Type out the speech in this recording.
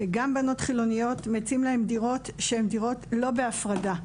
גם בנות חילוניות מציעים להן דירות שהם דירות לא בהפרדה.